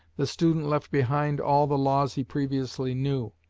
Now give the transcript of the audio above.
the student left behind all the laws he previously knew,